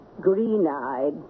Green-eyed